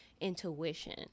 intuition